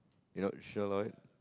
you not sure Lloyd